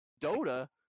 Dota